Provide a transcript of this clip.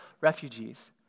refugees